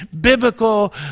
biblical